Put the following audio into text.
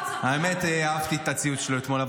האמת, אהבתי את הציוץ שלו אתמול.